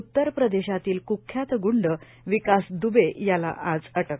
उत्तर प्रदेशातील क्ख्यात गुंड विकास द्रबे याला आज अटक